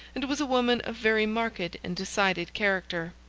and was a woman of very marked and decided character.